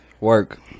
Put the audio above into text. Work